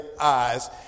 eyes